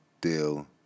deal